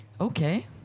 okay